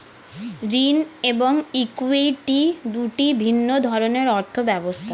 ঋণ এবং ইক্যুইটি দুটি ভিন্ন ধরনের অর্থ ব্যবস্থা